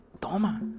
Toma